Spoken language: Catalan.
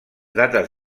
dates